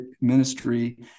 ministry